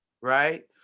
right